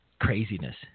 craziness